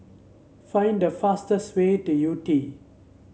find the fastest way to Yew Tee